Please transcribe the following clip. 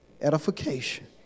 edification